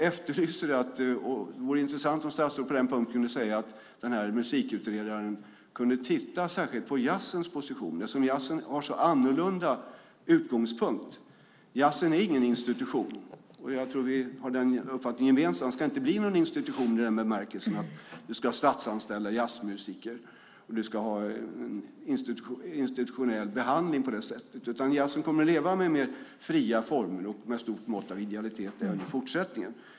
Det vore intressant om statsrådet kunde säga att den här musikutredaren ska titta särskilt på jazzens position eftersom jazzen har en så annorlunda utgångspunkt. Jazzen är ingen institution, och jag tror att vi har den gemensamma uppfattningen att den inte ska bli någon institution i den bemärkelsen att vi ska ha statsanställda jazzmusiker och en institutionell behandling. Jazzen ska leva under mer fria former och med ett stort mått av idealitet även i fortsättningen.